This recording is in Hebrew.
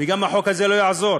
וגם החוק הזה לא יעזור.